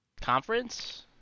conference